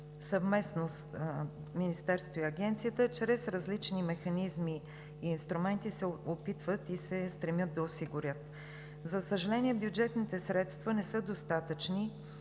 съвместно, чрез различни механизми и инструменти, се опитват и се стремят да осигурят. За съжаление, бюджетните средства не са достатъчни,